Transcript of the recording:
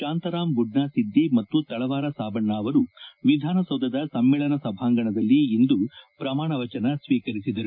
ಶಾಂತರಾಮ್ ಬುಡ್ನಾ ಸಿದ್ದಿ ಮತ್ತು ತಳವಾರ ಸಾಬಣ್ಣ ಅವರು ವಿಧಾನಸೌಧದ ಸಮ್ಮೇಳನ ಸಭಾಂಗಣದಲ್ಲಿ ಇಂದು ಪ್ರಮಾಣವಚನ ಶ್ವೀಕರಿಸಿದರು